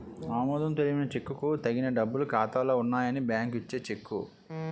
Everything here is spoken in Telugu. ఆమోదం తెలిపిన చెక్కుకు తగిన డబ్బులు ఖాతాలో ఉన్నాయని బ్యాంకు ఇచ్చే చెక్కు